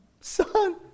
Son